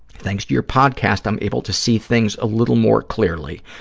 thanks to your podcast, i'm able to see things a little more clearly.